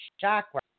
chakra